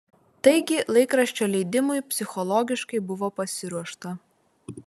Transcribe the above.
taigi laikraščio leidimui psichologiškai buvo pasiruošta